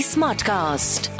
Smartcast